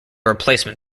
replacement